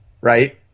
right